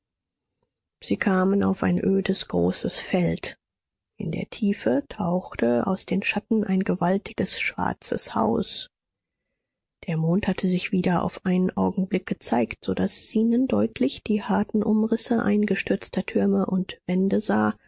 sie kamen auf ein ödes großes feld in der tiefe tauchte aus den schatten ein gewaltiges schwarzes haus der mond hatte sich wieder auf einen augenblick gezeigt so daß zenon deutlich die harten umrisse eingestürzter türme und wände sah